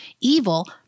evil